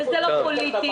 וזה לא פוליטי,